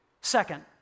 Second